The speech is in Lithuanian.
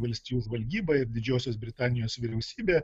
valstijų žvalgyba ir didžiosios britanijos vyriausybė